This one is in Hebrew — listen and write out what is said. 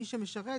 מי שמשרת,